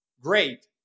great